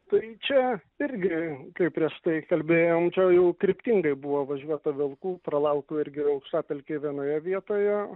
tai čia irgi kaip prieš tai kalbėjom čia jau kryptingai buvo važiuota vilkų pralaukiau irgi aukštapelkėj vienoje vietoje